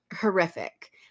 horrific